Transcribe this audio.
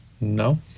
no